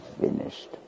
finished